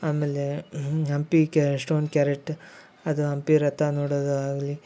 ಆಮೇಲೆ ಹಂಪಿ ಕೆ ಸ್ಟೋನ್ ಕ್ಯಾರೆಟ್ಟು ಅದು ಹಂಪಿ ರಥ ನೋಡೋದು ಆಗಲಿ